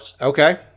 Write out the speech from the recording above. Okay